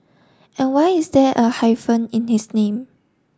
and why is there a hyphen in his name